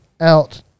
out